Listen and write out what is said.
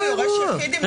זה האירוע.